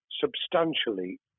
substantially